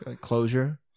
closure